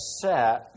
set